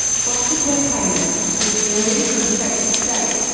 foster care payments, which vary from state to state,